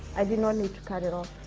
i did not need to cut it off.